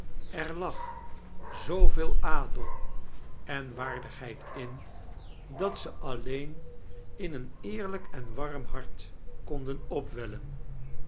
er lag zooveel adel en waardigheiid in dat ze alleen in een eerlijk en warm hart kondem opwellen